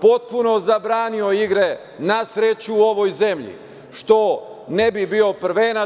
potpuno zabranio igre na sreću u ovoj zemlji, što ne bi bio prvenac.